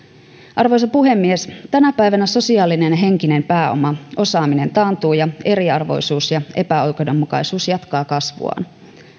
arvoisa puhemies tänä päivänä sosiaalinen ja henkinen pääoma osaaminen taantuu ja eriarvoisuus ja epäoikeudenmukaisuus jatkavat kasvuaan